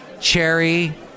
Cherry